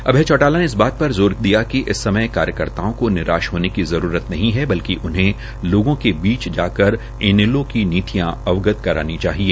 अभय चौटाला ने इस बात पर जोर दिया कि इस सयम कार्यकर्ताओं को निराश होने की जरूरत नहीं है बल्कि उन्हें लोगों के बीच जाकर इनेलों की नीतियां अवगत करनी चाहिए